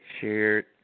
shared